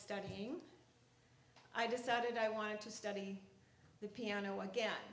studying i decided i wanted to study the piano again